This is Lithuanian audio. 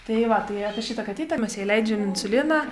tai va tai šita katytė mes jai leidžiam insuliną